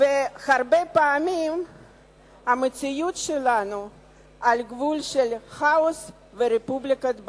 והרבה פעמים המציאות שלנו היא על גבול של כאוס ורפובליקת בננות,